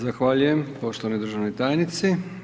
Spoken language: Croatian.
Zahvaljujem poštovanoj državnoj tajnici.